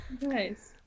nice